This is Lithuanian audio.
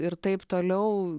ir taip toliau